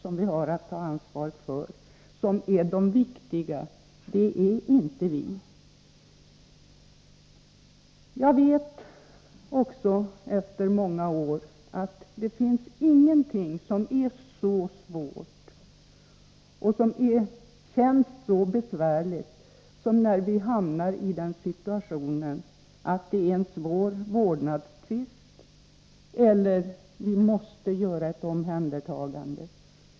Det är de som är de viktiga — inte vi själva. Jag vet också efter många år att det inte finns någonting som är så svårt och känns så besvärligt som när man hamnar i en situation med en svår vårdnadstvist eller när man måste göra ett omhändertagande.